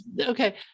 Okay